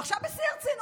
ועכשיו, בשיא הרצינות,